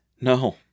No